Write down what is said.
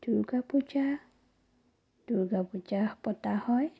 দুৰ্গা পূজা দুৰ্গা পূজা পতা হয়